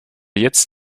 jetzt